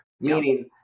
Meaning